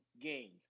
games